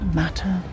matter